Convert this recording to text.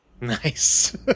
Nice